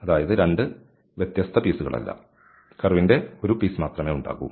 അതായത് 2 വ്യത്യസ്ത കഷണങ്ങളല്ല കർവിന്റെ ഒരു കഷണം മാത്രമേ ഉണ്ടാകൂ